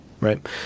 right